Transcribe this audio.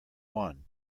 one